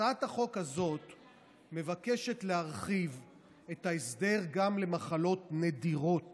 הצעת החוק הזאת מבקשת להרחיב את ההסדר גם למחלות נדירות